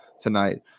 tonight